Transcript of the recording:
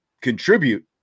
contribute